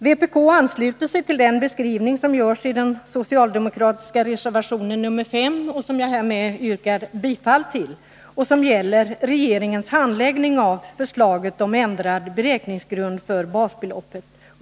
Vpk ansluter sig till den beskrivning som görs i den socialdemokratiska reservationen 5 — som jag härmed yrkar bifall till — och som gäller regeringens handläggning av förslaget om ändrad beräkningsgrund för basbeloppet.